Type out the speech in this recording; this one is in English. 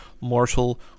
mortal